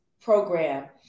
program